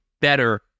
better